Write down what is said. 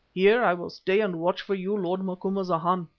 here i will stay and watch for you, lord macumazana,